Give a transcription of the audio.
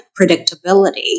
predictability